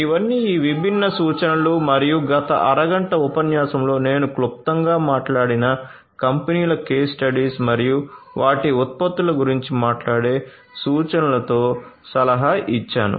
ఇవన్నీ ఈ విభిన్న సూచనలు మరియు గత అరగంట ఉపన్యాసంలో నేను క్లుప్తంగా మాట్లాడిన కంపెనీల కేస్ స్టడీస్ మరియు వాటి ఉత్పత్తుల గురించి మాట్లాడే సూచనలతో సహా ఇచ్చాను